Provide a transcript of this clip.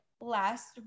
last